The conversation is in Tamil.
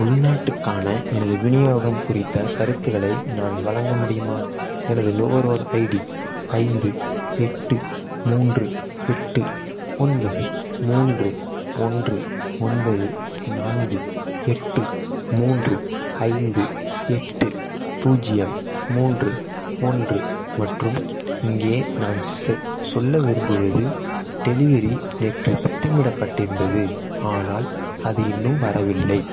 உள்நாட்டுக்கான எனது விநியோகம் குறித்த கருத்துகளை நான் வழங்க முடியுமா எனது நுகர்வோர் ஐடி ஐந்து எட்டு மூன்று எட்டு ஒன்பது மூன்று ஒன்று ஒன்பது நான்கு எட்டு மூன்று ஐந்து எட்டு பூஜ்ஜியம் மூன்று ஒன்று மற்றும் இங்கே நான் செ சொல்ல விரும்புவது டெலிவரி நேற்று திட்டமிடப்பட்டிருந்தது ஆனால் அது இன்னும் வரவில்லை